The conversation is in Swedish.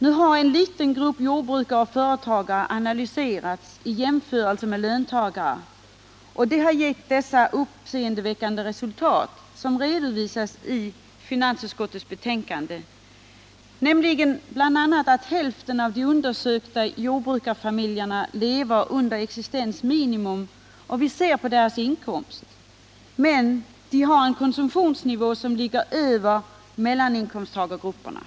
Nu har en liten grupp jordbrukare och företagare analyserats i jämförelse med löntagare, och det har gett de uppseendeväckande resultat som redovisas i finansutskottets betänkande, nämligen bl.a. att hälften av de undersökta jordbrukarfamiljerna lever under existensminimum, om vi ser på deras inkomst, men har en konsumtionsnivå som ligger över mellaninkomsttagargruppernas.